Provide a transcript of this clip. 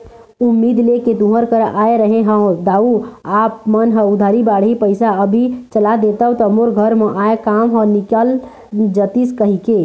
उम्मीद लेके तुँहर करा आय रहें हँव दाऊ आप मन ह उधारी बाड़ही पइसा अभी चला देतेव त मोर घर म आय काम ह निकल जतिस कहिके